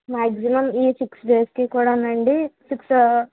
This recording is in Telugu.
మాక్సిమం ఈ సిక్స్ డేస్కి కూడానండి సిక్స